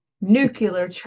nuclear